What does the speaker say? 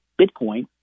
Bitcoin